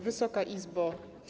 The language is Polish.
Wysoka Izbo!